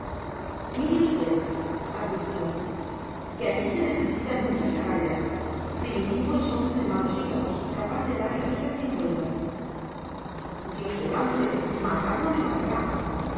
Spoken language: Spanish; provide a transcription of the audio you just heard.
habérsela encomendado mire usted advirtió que allí se necesitan muchas agallas primitivo es hombre de malos hígados capaz de darle a usted cien vueltas dios delante matar no me matará